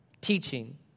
teaching